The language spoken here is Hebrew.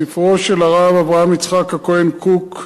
ספרו של הרב אברהם יצחק הכהן קוק,